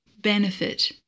benefit